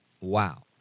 Wow